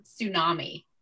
tsunami